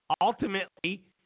ultimately